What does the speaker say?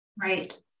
Right